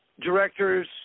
directors